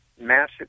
massive